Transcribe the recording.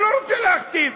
אני לא רוצה להכתיב.